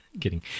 kidding